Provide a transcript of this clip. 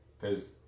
Cause